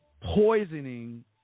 poisoning